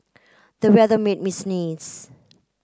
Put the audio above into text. the weather made me sneeze